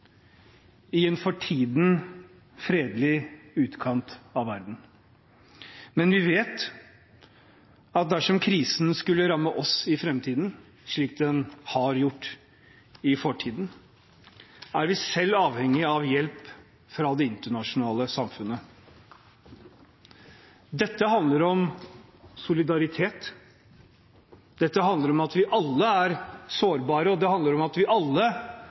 i en for tiden fredelig utkant av verden. Men vi vet at dersom krisen skulle ramme oss i framtiden – slik den har gjort i fortiden – er vi selv avhengig av hjelp fra det internasjonale samfunnet. Dette handler om solidaritet, dette handler om at vi alle er sårbare, og det handler om at vi alle